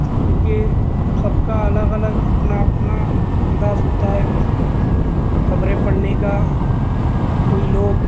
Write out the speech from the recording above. کیوں کہ سب کا الگ الگ اپنا اپنا انداز ہوتا ہے خبریں پڑھنے کا کوئی لوگ